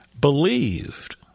believed